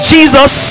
Jesus